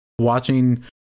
watching